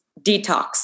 detox